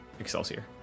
Excelsior